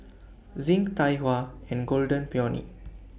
Zinc Tai Hua and Golden Peony